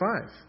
five